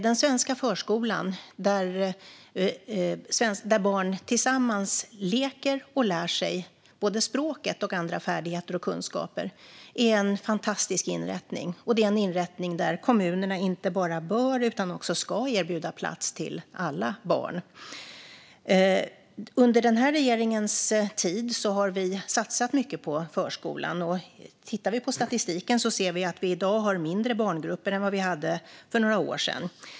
Den svenska förskolan, där barn tillsammans leker och lär sig både språket och andra färdigheter och kunskaper, är en fantastisk inrättning. Det är en inrättning där kommunerna inte bara bör utan ska erbjuda plats till alla barn. Under den här regeringens tid har vi satsat mycket på förskolan. Tittar vi på statistiken ser vi att vi i dag har mindre barngrupper än vi hade för några år sedan.